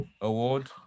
award